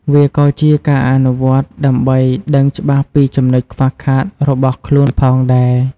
វាក៏ជាការអនុវត្តន៍ដើម្បីដឹងច្បាស់ពីចំណុចខ្វះខាតរបស់ខ្លួនផងដែរ។